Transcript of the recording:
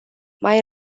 mai